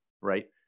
right